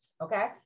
okay